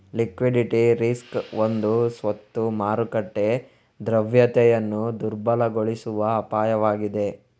liquidity risk ಒಂದು ಸ್ವತ್ತು ಮಾರುಕಟ್ಟೆ ದ್ರವ್ಯತೆಯನ್ನು ದುರ್ಬಲಗೊಳಿಸುವ ಅಪಾಯವಾಗಿದೆ